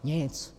Nic.